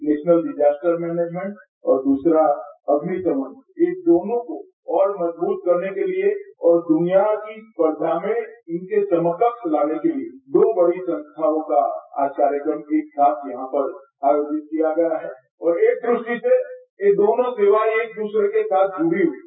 national disaster मैनेजमेंटऔर दूसरा अम्निशमन ये दोनों को और मजबूत करने के लिए और दृनिया की स्पर्धा में इनकेसमकक्ष लाने के लिए दो बड़ी संस्थाओं का आज कार्यक्रम एक साथ यहां पर आयोजित कियागया है और एक दृष्टि से ये दोनों सेवाएं एक दूसरे के साथ जूड़ी हुई हैं